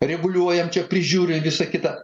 reguliuojam čia prižiūri visa kita